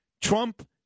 Trump